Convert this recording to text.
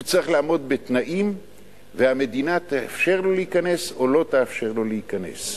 הוא צריך לעמוד בתנאים והמדינה תאפשר לו להיכנס או לא תאפשר לו להיכנס.